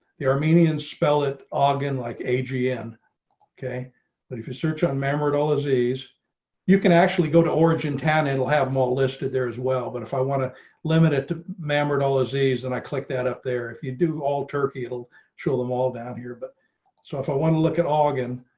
the armenian spell it oregon like agm okay but if you search on memory at all disease. mark arslan you can actually go to origin tan and we'll have more listed there as well. but if i want to limit it to mahmoud all disease and i click that up there if you do all turkey, it'll show them all down here, but so if i want to look at oregon.